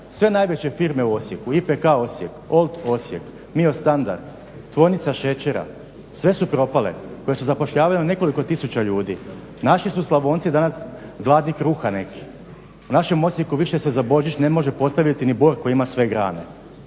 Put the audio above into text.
sve najveće firme u Osijeku, IPK Osijek, OLD Osijek, MIO standard, Tvornica šećera sve su propale koje su zapošljavale nekoliko tisuća ljudi. Naši su Slavonci danas gladni kruha neki. U našem Osijeku više se za Božić ne može postaviti ni bor koji ima sve grane,